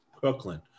Brooklyn